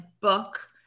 book